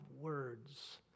words